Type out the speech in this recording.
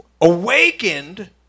awakened